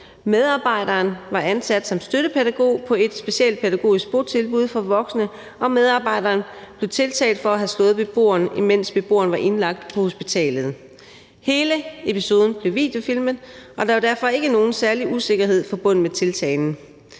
Medarbejderen var ansat som støttepædagog på et specialpædagogisk botilbud for voksne, og medarbejderen blev tiltalt for at have slået beboeren, imens beboeren var indlagt på hospitalet. Hele episoden blev videofilmet, og der var derfor ikke nogen særlig usikkerhed forbundet med tiltalen.